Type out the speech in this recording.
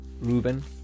Reuben